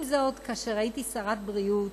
עם זאת, כאשר הייתי שרת הבריאות,